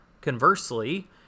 conversely